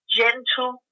gentle